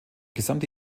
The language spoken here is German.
gesamte